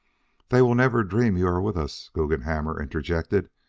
they will never dream you are with us, guggenhammer interjected,